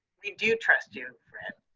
we do trust you, fred.